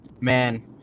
man